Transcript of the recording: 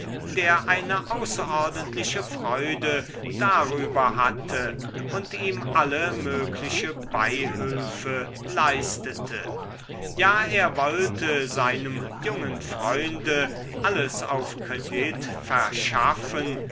der eine außerordentliche freude darüber hatte und ihm alle mögliche beihülfe leistete ja er wollte seinem jungen freunde alles auf kredit verschaffen